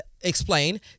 explain